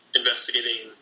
investigating